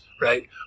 Right